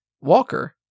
Walker